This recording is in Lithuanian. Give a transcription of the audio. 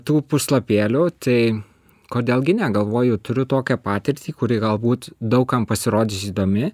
tų puslapėlių tai kodėl gi ne galvoju turiu tokią patirtį kuri galbūt daug kam pasirodys įdomi